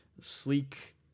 Sleek